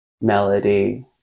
melody